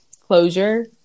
closure